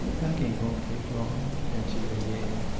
packing won't take long answered elena.